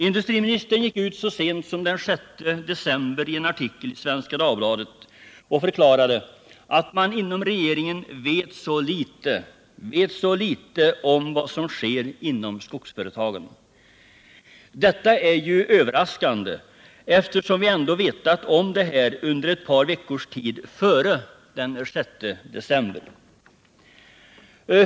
Industriministern gick så sent som den 6 december ut och förklarade i en artikel i Svenska Dagbladet, att man inom regeringen vet så litet om vad som sker inom skogsföretagen. Detta är överraskande, eftersom vi ändå vetat om det här under ett par veckors tid före den 6 december.